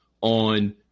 on